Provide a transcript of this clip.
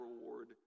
reward